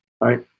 right